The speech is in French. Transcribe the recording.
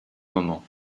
moments